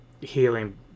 healing